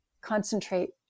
concentrate